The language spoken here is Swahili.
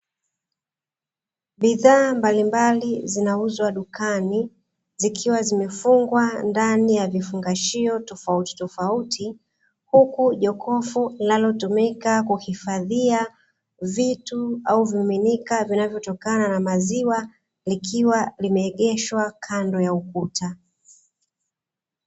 Bidhaa mbalimbali zinauzwa dukani, zikiwa zimefungwa ndani ya vifungashio tofautitofauti, huku jokofu linalotumika kuhifadhia vitu au vimiminika vinavyotokana na maziwa likiwa limeegeshwa kando ya ukuta.